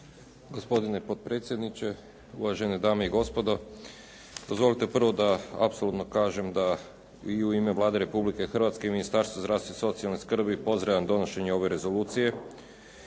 Gospodine potpredsjedniče, uvažene dame i gospodo. Dozvolite prvo da apsolutno kažem da i u ime Vlade Republike Hrvatske i Ministarstva zdravstva i socijalne skrbi pozdravljam donošenje ove rezolucije